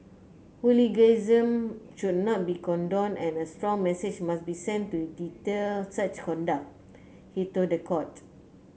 hooliganism should not be condoned and a strong message must be sent to deter such conduct he told the court